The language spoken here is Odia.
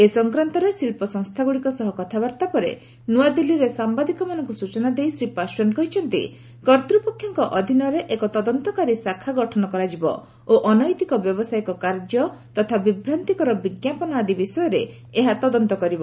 ଏ ସଂକ୍ରାନ୍ତରେ ଶିଳ୍ପସଂସ୍ଥାଗୁଡ଼ିକ ସହ କଥାବାର୍ତ୍ତା ପରେ ନୂଆଦିଲ୍ଲୀରେ ସାମ୍ବାଦିକମାନଙ୍କୁ ସ୍କୁଚନା ଦେଇ ଶ୍ରୀ ପାଶୱାନ କହିଛନ୍ତି କର୍ତ୍ତପକ୍ଷଙ୍କ ଅଧୀନରେ ଏକ ତଦନ୍ତକାରୀ ଶାଖା ଗଠନ କରାଯିବ ଓ ଅନୈତିକ ବ୍ୟବସାୟିକ କାର୍ଯ୍ୟ ତଥା ବିଭ୍ରାନ୍ତିକର ବିଜ୍ଞାପନ ଆଦି ବିଷୟରେ ଏହା ତଦନ୍ତ କରିବ